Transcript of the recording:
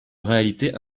réalité